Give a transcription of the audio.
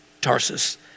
Tarsus